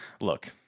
Look